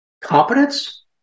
Competence